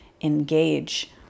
engage